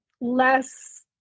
less